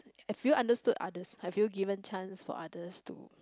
if you understood others have you given chance for others to